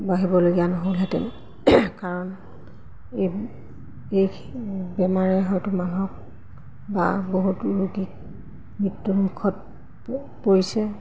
বাঢ়িবলগীয়া নহ'লহেঁতেন কাৰণ এই এই বেমাৰে হয়তো মানুহক বা বহুত ৰোগীক মৃত্যু মুখত পৰিছে